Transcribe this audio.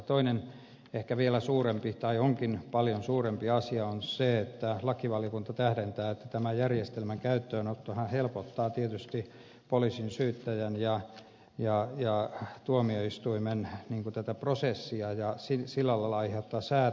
toinen ehkä vielä suurempi tai onkin paljon suurempi asia on se että lakivaliokunta tähdentää että tämän järjestelmän käyttöönottohan helpottaa tietysti tätä poliisin syyttäjän ja tuomioistuimen prosessia ja sillä lailla aiheuttaa säästöjä